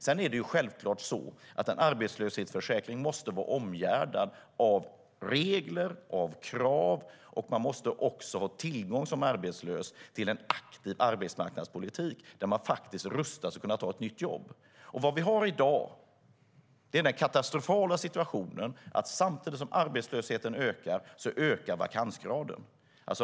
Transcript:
Sedan är det självklart att en arbetslöshetsförsäkring måste vara omgärdad av regler och krav, och man måste som arbetslös också ha tillgång till en aktiv arbetsmarknadspolitik där man faktiskt rustas för att kunna ta ett nytt jobb. I dag har vi den katastrofala situationen att samtidigt som arbetslösheten ökar, ökar också vakansgraden.